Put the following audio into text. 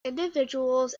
individuals